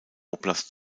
oblast